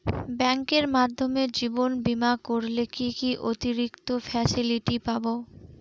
ব্যাংকের মাধ্যমে জীবন বীমা করলে কি কি অতিরিক্ত ফেসিলিটি পাব?